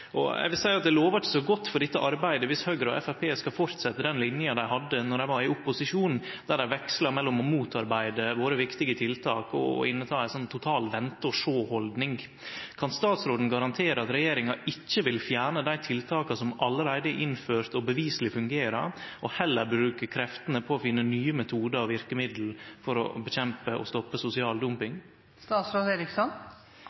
Eg vil seie at det lovar ikkje så godt for dette arbeidet dersom Høgre og Framstegspartiet skal fortsette den linja dei hadde då dei var i opposisjon, då dei veksla mellom å motarbeide våre viktige tiltak og innta ei slik vente-og-sjå-haldning. Kan statsråden garantere at regjeringa ikkje vil fjerne dei tiltaka som allereie er innførte og beviseleg fungerer, og heller bruke kreftene på å finne nye metodar og verkemiddel for å bekjempe og stoppe sosial